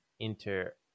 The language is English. enter